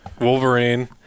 Wolverine